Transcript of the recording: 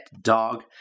dog